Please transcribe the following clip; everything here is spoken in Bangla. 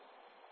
ছাত্র ছাত্রীঃ